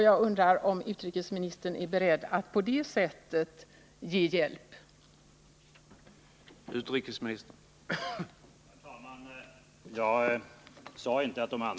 Jag undrar om utrikesministern är beredd att uttala sig för att ge hjälp på det sättet?